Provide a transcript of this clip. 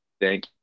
thank